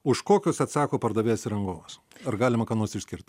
už kokius atsako pardavėjas ir rangovas ar galima ką nors iškirt